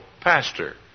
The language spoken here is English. pastor